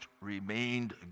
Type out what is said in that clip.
remained